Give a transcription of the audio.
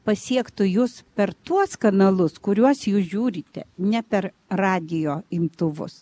pasiektų jus per tuos kanalus kuriuos jūs žiūrite ne per radijo imtuvus